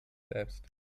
selbst